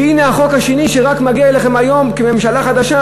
והנה החוק השני שרק מגיע אליכם היום כממשלה חדשה,